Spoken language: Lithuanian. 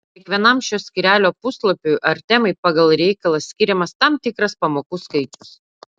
kiekvienam šio skyrelio puslapiui ar temai pagal reikalą skiriamas tam tikras pamokų skaičius